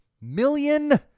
million